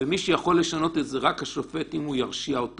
ומי שיכול לשנות את זה זה רק השופט אם הוא ירשיע אותו